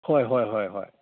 ꯍꯣꯏ ꯍꯣꯏ ꯍꯣꯏ ꯍꯣꯏ